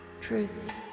truth